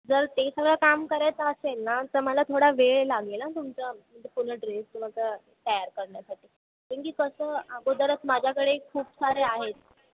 जर ते सगळं काम करायचं असेल ना तर मला थोडा वेळ लागेल हां तुमचं म्हणजे पूर्ण ड्रेस मला तयार करण्यासाठी कारण की कसं अगोदरच माझ्याकडे खूप सारे आहेत